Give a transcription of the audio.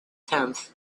tenth